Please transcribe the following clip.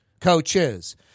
coaches